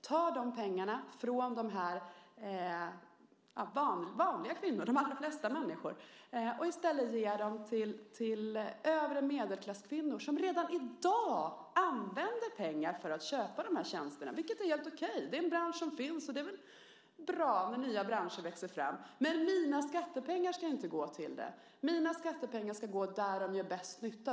Man tar de pengarna från vanliga kvinnor, de allra flesta människor, och ger dem till kvinnor i övre medelklassen, som redan i dag använder pengar för att köpa de här tjänsterna. Det är helt okej - det är en bransch som finns, och det är väl bra när nya branscher växer fram. Men mina skattepengar ska inte gå till det. Mina skattepengar ska gå dit där de gör bäst nytta.